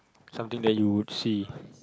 something that you would see